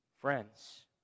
Friends